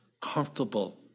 comfortable